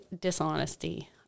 dishonesty